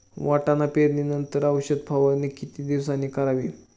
वाटाणा पेरणी नंतर औषध फवारणी किती दिवसांनी करावी?